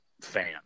fan